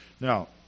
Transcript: Now